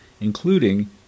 including